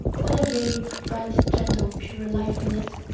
what a gay, bright, gentle, pure life we led?